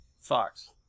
Fox